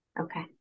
Okay